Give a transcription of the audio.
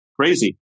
Crazy